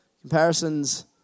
Comparisons